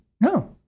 no